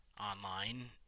online